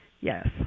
Yes